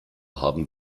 haben